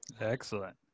Excellent